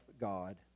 God